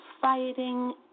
fighting